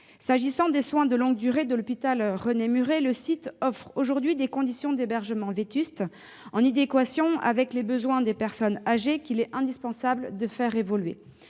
S'agissant des soins de longue durée à l'hôpital René-Muret, le site offre aujourd'hui des conditions d'hébergement vétustes, en inadéquation avec les besoins des personnes âgées, qu'il est indispensable de faire évoluer.